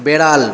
বেড়াল